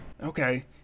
okay